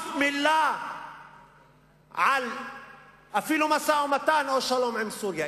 אף מלה על משא-ומתן או שלום עם סוריה.